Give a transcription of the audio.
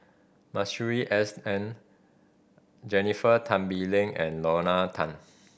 Masuri S N Jennifer Tan Bee Leng and Lorna Tan